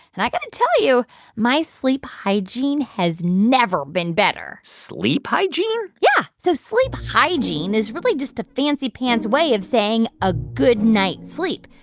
and i got to tell you my sleep hygiene has never been better sleep hygiene? yeah. so sleep hygiene is really just a fancy-pants way of saying a good night's sleep.